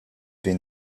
been